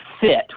fit